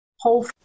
whole